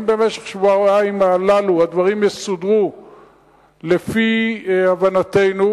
אם במשך השבועיים הללו הדברים יסודרו לפי הבנתנו,